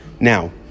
Now